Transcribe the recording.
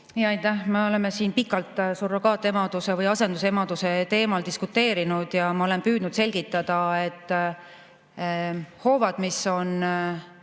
Aitäh! Me oleme siin pikalt surrogaatemaduse või asendusemaduse teemal diskuteerinud ja ma olen püüdnud selgitada, et hoovad, mis